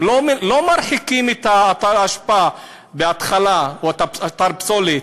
הם לא מרחיקים את האשפה, בהתחלה, או אתר פסולת,